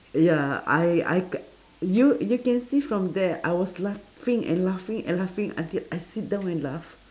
ya I I c~ you you can see from there I was laughing and laughing and laughing until I sit down and laugh